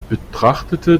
betrachtete